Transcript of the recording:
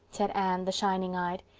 said anne, the shining-eyed.